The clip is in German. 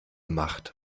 macht